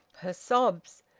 her sobs!